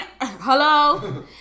Hello